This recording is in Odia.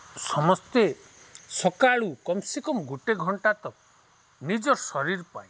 ସମସ୍ତେ ସକାଳୁ କମ୍ସେ କମ୍ ଗୋଟେ ଘଣ୍ଟା ତକ୍ ନିଜର୍ ଶରୀର୍ ପାଇଁ